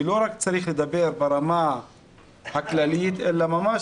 שלא רק צריך לדבר ברמה הכללית אלא ממש